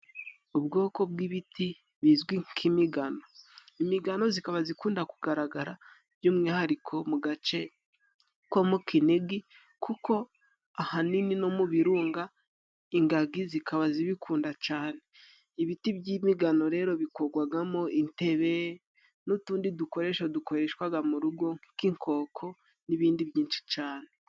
Ubwoko bw'ibiti bizwi nk'imigano ,imigano zikaba zikunda kugaragara by'umwihariko mu gace ko mu Kinigi kuko ahanini no mu birunga ingagi zikaba zibikunda cane, ibiti by'imigano rero bikogwagamo intebe, n'utundi dukoresho dukoreshwaga mu rugo nk'inkoko n'ibindi byinshi cane.